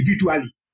individually